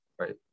right